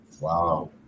Wow